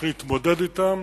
אנחנו נתמודד אתם